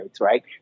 right